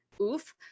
oof